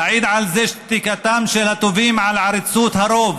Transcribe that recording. תעיד על זה שתיקתם של הטובים על עריצות הרוב